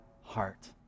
heart